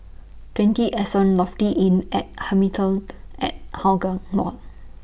twenty Anson Lofi Inn At Hamilton At Hougang Mall